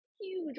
huge